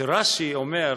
שרש"י אומר: